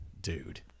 Dude